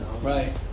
Right